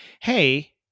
Hey